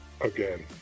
Again